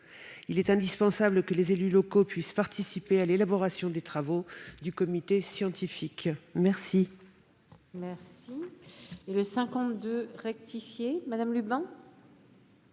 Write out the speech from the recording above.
Il est indispensable que les élus locaux puissent participer à l'élaboration des travaux du comité scientifique.